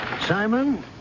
Simon